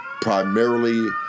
Primarily